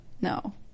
No